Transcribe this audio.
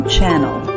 Channel